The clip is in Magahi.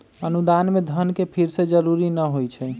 अनुदान में धन के फिरे के जरूरी न होइ छइ